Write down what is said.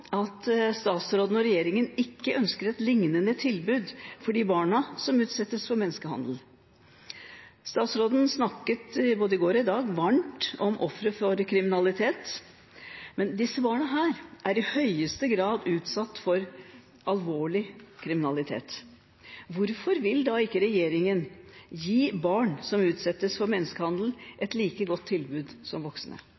at statsråden og regjeringen ikke ønsker et lignende tilbud for de barna som utsettes for menneskehandel. Statsråden snakket både i går og i dag varmt om ofre for kriminalitet, og disse barna er i høyeste grad utsatt for alvorlig kriminalitet. Hvorfor vil ikke regjeringen gi barn som utsettes for menneskehandel,